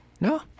No